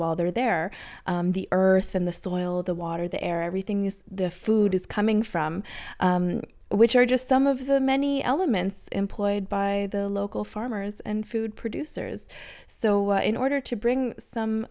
while they're there the earth and the soil the water the air everything is the food is coming from which are just some of the many elements employed by the local farmers and food producers so in order to bring some